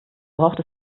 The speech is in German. braucht